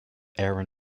erin